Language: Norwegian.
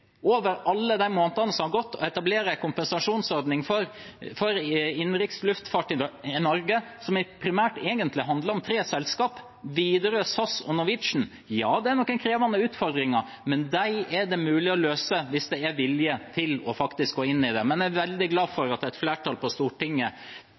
alle de månedene som har gått, å etablere en kompensasjonsordning for innenriks luftfart i Norge. Dette handler primært om tre selskap: Widerøe, SAS og Norwegian. Det er noen krevende utfordringer, men dem er det mulig å løse hvis det er vilje til faktisk å gå inn i det. Jeg er veldig glad